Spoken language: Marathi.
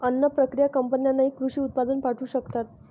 अन्न प्रक्रिया कंपन्यांनाही कृषी उत्पादन पाठवू शकतात